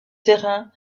terrain